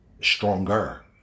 stronger